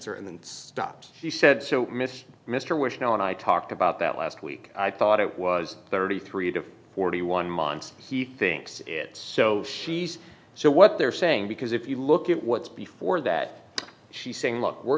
then stopped she said so miss mr wish now and i talked about that last week i thought it was thirty three out of forty one months he thinks it so she's so what they're saying because if you look at what's before that she's saying look we're